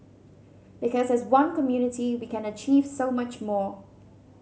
because as one community we can achieve so much more